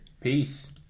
Peace